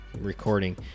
recording